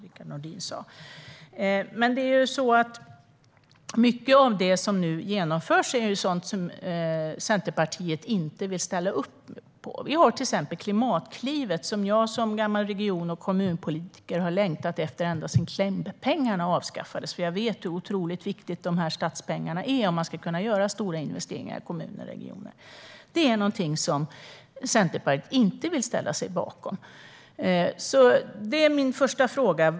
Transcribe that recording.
Rickard Nordin sa någonting sådant. Mycket av det som nu genomförs är sådant som Centerpartiet inte vill ställa upp på, till exempel Klimatklivet. Det har jag som gammal region och kommunpolitiker längtat efter ända sedan Klimppengarna avskaffades. Jag vet hur otroligt viktiga statspengarna är för att kommuner och regioner ska kunna göra stora investeringar. Det är någonting som Centerpartiet inte vill ställa sig bakom.